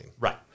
Right